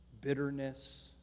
bitterness